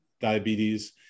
diabetes